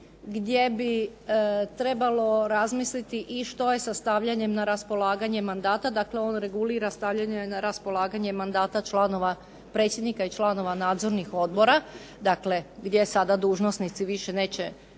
gdje bi trebalo razmisliti i što je sa stavljanjem na raspolaganje mandata. Dakle, on regulira stavljanje na raspolaganje mandata članova predsjednika i članova nadzornih odbora, dakle gdje sada dužnosnici više neće